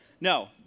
no